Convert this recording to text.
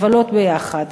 לבלות ביחד.